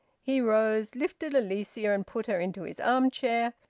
he rose, lifted alicia and put her into his arm-chair,